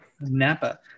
Napa